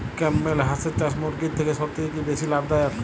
Campbell হাঁসের চাষ মুরগির থেকে সত্যিই কি বেশি লাভ দায়ক?